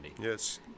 Yes